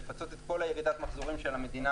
לגבי פיצוי את כל ירידת המחזורים של המדינה